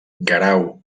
guerau